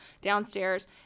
downstairs